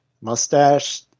mustache